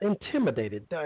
intimidated